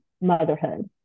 motherhood